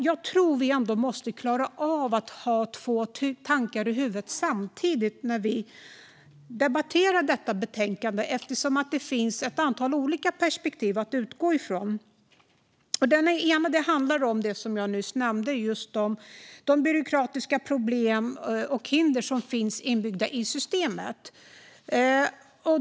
Jag tror att vi ändå måste klara av att ha två tankar i huvudet samtidigt när vi debatterar detta betänkande, eftersom det finns ett antal olika perspektiv att utgå från. Det ena handlar om det som jag nyss nämnde: de byråkratiska problem och hinder som finns inbyggda i systemet.